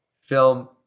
Film